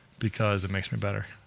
because it makes me better.